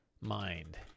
mind